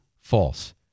false